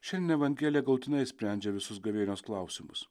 šiandien evangelija galutinai sprendžia visus gavėnios klausimus